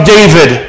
David